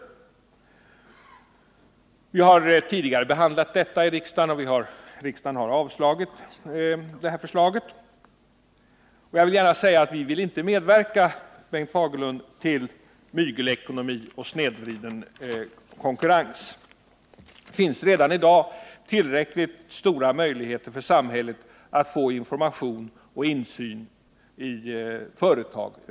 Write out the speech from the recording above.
Detta krav har tidigare behandlats i riksdagen och då avslagits. Vi vill inte medverka, Bengt Fagerlund, till mygelekonomi och snedvriden konkurrens. Det finns redan i dag tillräckligt stora möjligheter för samhället att få information och insyn i företag.